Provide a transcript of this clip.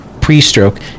pre-stroke